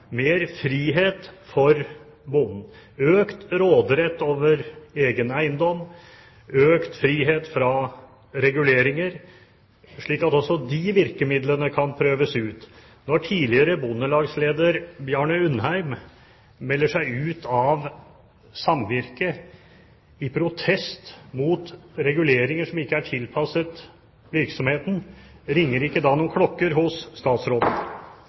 mer frihet for bonden, økt råderett over egen eiendom, økt frihet fra reguleringer, slik at også de virkemidlene kan prøves ut? Når tidligere bondelagsleder Bjarne Undheim melder seg ut av samvirket i protest mot reguleringer som ikke er tilpasset virksomheten, ringer det ikke da noen klokker hos statsråden?